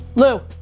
lou,